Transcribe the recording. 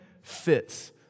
fits